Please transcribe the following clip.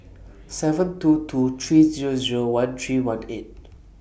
seven two two three Zero Zero one three one eight